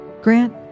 grant